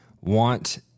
want